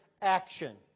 action